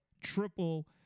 triple